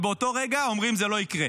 ובאותו רגע אומרים שזה לא יקרה.